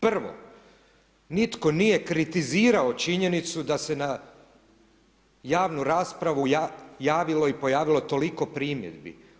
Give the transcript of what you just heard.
Prvo, nitko nije kritizirao činjenicu da se na javnu raspravu javilo i pojavilo toliko primjedbi.